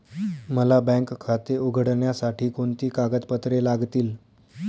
मला बँक खाते उघडण्यासाठी कोणती कागदपत्रे लागतील?